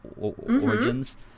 origins